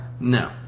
No